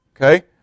Okay